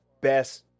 best